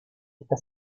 esta